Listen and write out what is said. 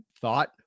thought